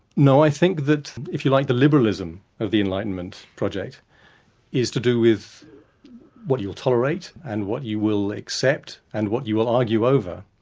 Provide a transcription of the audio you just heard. no i think that if you like, the liberalism of the enlightenment project is to do with what you'll tolerate and what you will accept and what you will argue over.